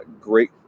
Great